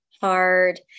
hard